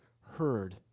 heard